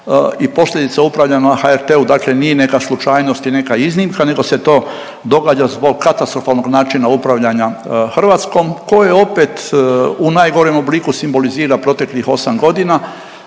i posljedica upravljanja na HRT-u dakle nije neka slučajnost i neka iznimka nego se to događa zbog katastrofalnog načina upravljanja Hrvatskom, koju opet u najgorem obliku simbolizira proteklih 8 godina